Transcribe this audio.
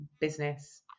business